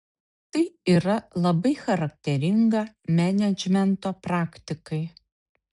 tai yra labai charakteringa menedžmento praktikai